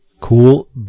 Cool